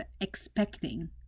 expecting